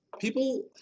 People